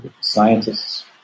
Scientists